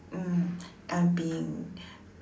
mm I'm being